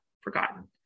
forgotten